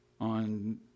On